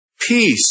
peace